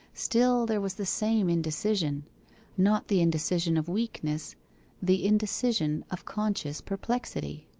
still there was the same indecision not the indecision of weakness the indecision of conscious perplexity.